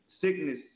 sickness